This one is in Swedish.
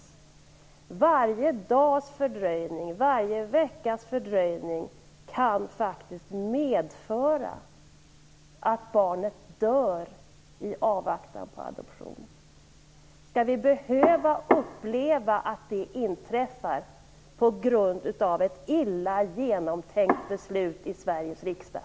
Varje dags fördröjning, varje veckas fördröjning, kan faktiskt medföra att barnet dör i avvaktan på adoption. Skall vi behöva uppleva att det inträffar på grund av ett illa genomtänkt beslut i Sveriges riksdag?